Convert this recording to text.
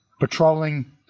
patrolling